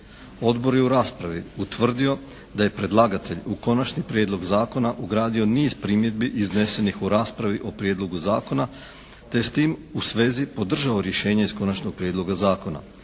Odbor je u raspravi utvrdio da je predlagatelj u Konačni prijedlog zakona ugradio niz primjedbi iznesenih u raspravi o prijedlogu zakona, te s tim u svezi podržao rješenje iz Konačnog prijedloga zakona.